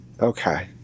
Okay